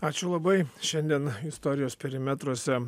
ačiū labai šiandien istorijos perimetruose